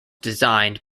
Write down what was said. designed